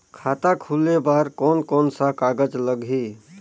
खाता खुले बार कोन कोन सा कागज़ लगही?